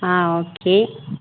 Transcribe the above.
ஆ okay